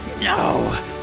No